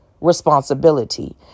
responsibility